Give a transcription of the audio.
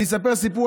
אני אספר סיפור.